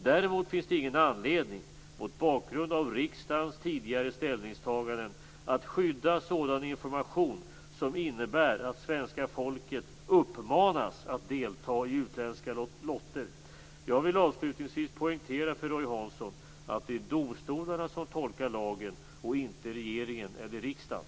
Däremot finns det ingen anledning, mot bakgrund av riksdagens tidigare ställningstaganden, att skydda sådan information som innebär att svenska folket uppmanas att delta i utländska lotterier. Jag vill avslutningsvis poängtera för Roy Hansson att det är domstolarna som tolkar lagen och inte regeringen eller riksdagen.